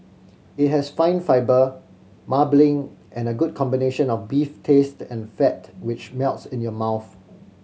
it has fine fibre marbling and a good combination of beef taste and fat which melts in your mouth